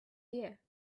here